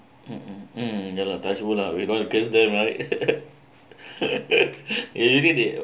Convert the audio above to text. mmhmm mm ya lah touch wood lah we don't want to curse them right may be they're